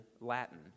Latin